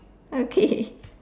okay